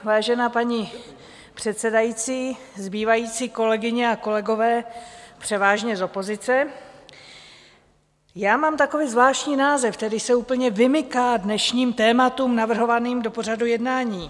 Vážená paní předsedající, zbývající kolegyně a kolegové převážně z opozice, já mám takový zvláštní název, který se úplně vymyká dnešním tématům navrhovaným do pořadu jednání.